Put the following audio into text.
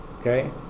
okay